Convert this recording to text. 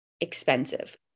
expensive